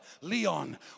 Leon